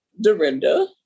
Dorinda